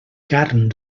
carn